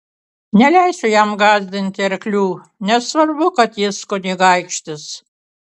neleisiu jam gąsdinti arklių nesvarbu kad jis kunigaikštis